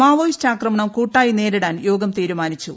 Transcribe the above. Maoist ആക്രമണം കൂട്ടായി നേരിടാൻ യോഗം തീരുമാനിച്ചു